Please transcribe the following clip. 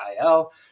IL